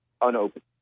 unopened